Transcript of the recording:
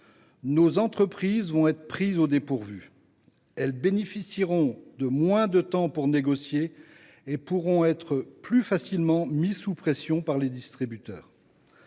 en effet nos entreprises au dépourvu : elles disposeront de moins de temps pour négocier et pourront être plus facilement mises sous pression par les distributeurs.